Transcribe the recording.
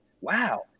wow